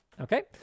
Okay